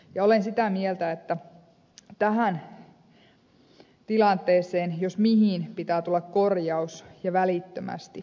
olen sitä mieltä että tähän tilanteeseen jos mihin pitää tulla korjaus ja välittömästi